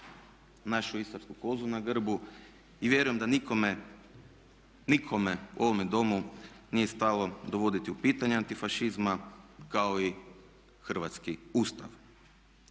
našu istarsku kozu na grbu i vjerujem da nikome u ovome Domu nije stalo dovoditi u pitanje antifašizam kao i Hrvatski ustav.